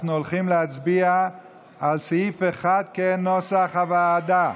אנחנו הולכים להצביע על סעיף 1 כנוסח הוועדה.